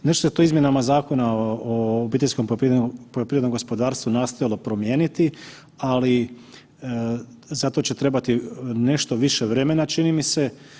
Nešto se tu izmjenama Zakona o obiteljskom poljoprivrednom gospodarstvu nastojalo promijeniti, ali zato će trebati nešto više vremena čini mi se.